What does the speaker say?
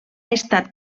estat